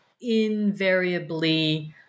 invariably